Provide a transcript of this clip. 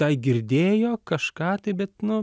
tai girdėjo kažką tai bet nu